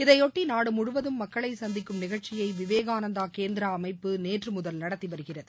இதையொட்டி நாடு முழுவதும் மக்களை சந்திக்கும் நிகழ்ச்சியை விவேகானந்தா கேந்திரா அமைப்பு நேற்று முதல் நடத்தி வருகிறது